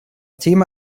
thema